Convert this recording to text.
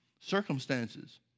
circumstances